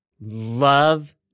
love